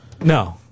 No